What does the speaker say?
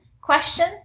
question